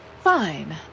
Fine